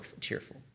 cheerful